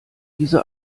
diese